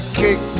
kick